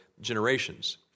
generations